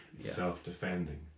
self-defending